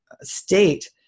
state